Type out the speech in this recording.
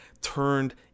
turned